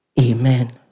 Amen